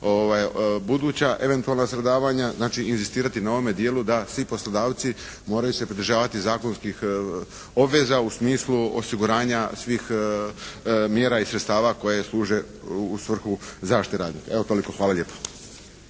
buduća eventualna stradavanja, znači inzistirati na ovome dijelu da svi poslodavci moraju se pridržavaju zakonskih obveza u smislu osiguranja svih mjera i sredstava koje služe u svrhu zaštite na radu. Evo, toliko. Hvala lijepo.